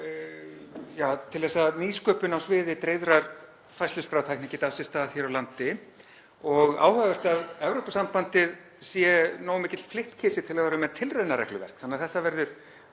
til þess að nýsköpun á sviði dreifðrar færsluskrártækni geti átt sér stað hér á landi. Það er áhugavert að Evrópusambandið sé nógu mikill flippkisi til að vera með tilraunaregluverk þannig að þetta verður